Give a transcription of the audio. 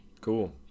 cool